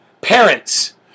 Parents